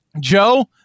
Joe